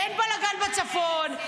אין בלגן בצפון,